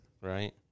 Right